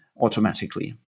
automatically